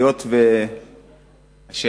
אני